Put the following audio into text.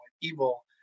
evil